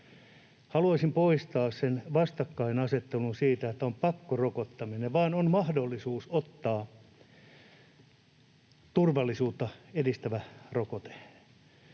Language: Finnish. Haluaisin poistaa sen vastakkainasettelun, että on pakkorokottaminen: on mahdollisuus ottaa turvallisuutta edistävä rokote